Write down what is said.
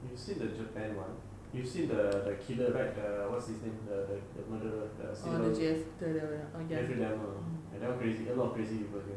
you seen the japan one you see the killer right the the what's his name the the murderer the jeffrey a lot of crazy a lot of crazy people here